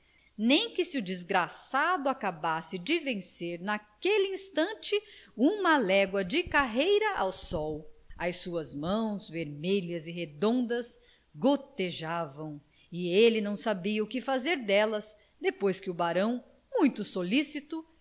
nem que se o desgraçado acabasse de vencer naquele instante uma légua de carreira ao sol as suas mãos vermelhas e redondas gotejavam e ele não sabia o que fazer delas depois que o barão muito solicito